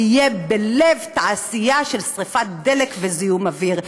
יהיה בלב תעשייה של שרפת דלק וזיהום אוויר.